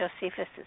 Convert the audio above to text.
Josephus